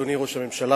אדוני ראש הממשלה,